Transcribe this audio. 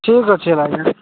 ଠିକ୍ ଅଛି ଆଜ୍ଞା